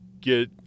get